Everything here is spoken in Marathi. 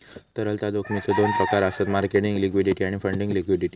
तरलता जोखमीचो दोन प्रकार आसत मार्केट लिक्विडिटी आणि फंडिंग लिक्विडिटी